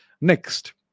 Next